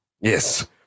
Yes